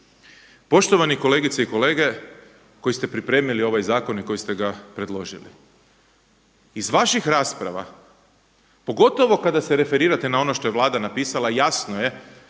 Poštovani kolegice i kolege, koji ste pripremili ovaj zakon i koji ste ga predložili. Iz vaših rasprava pogotovo kada se referirate na ono što je Vlada napisala, jasno je